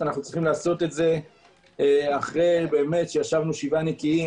אנו צריכים לעשות את זה אחרי שישבנו שבעה נקיים,